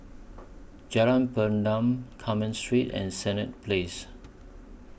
Jalan Pergam Carmen Street and Senett Place